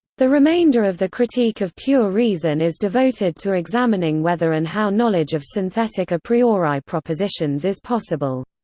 the remainder of the critique of pure reason is devoted to examining whether and how knowledge of synthetic a priori propositions is possible.